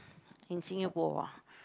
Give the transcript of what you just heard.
in Singapore ah